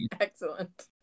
Excellent